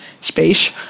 space